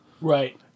Right